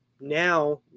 now